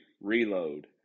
Reload